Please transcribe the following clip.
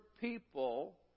people